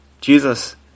Jesus